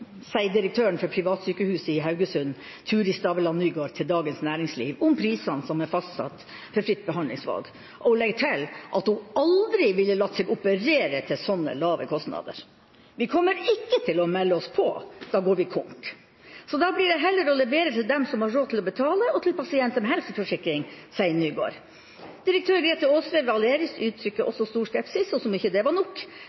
sier direktøren for privatsykehuset i Haugesund, Turid Staveland Nygaard, til Dagens Næringsliv om prisene som er fastsatt for fritt behandlingsvalg, og legger til at hun aldri ville latt seg operere til så lave kostander: «Vi kommer ikke til å melde oss på. Gjør vi det, så går vi konk.» Hun sier videre: «Da blir det som før, vi får levere til dem som har råd til å betale for behandlingen, og til pasienter med helseforsikring.» Direktøren ved Aleris, Grethe Aasved, uttrykte også stor skepsis, og som om ikke det var nok,